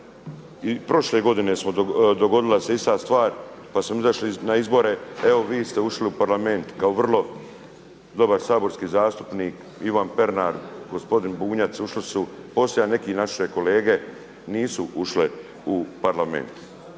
i prošle godine dogodila se ista stvar, pa smo izašli na izbore. Evo vi ste ušli u Parlament kao vrlo dobar saborski zastupnik. Ivan Pernar, gospodin Bunjac ušli su, poslije i neki naše kolege nisu ušle u Parlament.